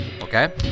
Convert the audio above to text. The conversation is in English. okay